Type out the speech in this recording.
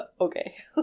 Okay